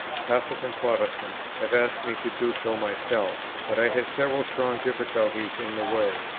catholic and protestant, have asked me to do so myself but i had several strong difficulties in the way.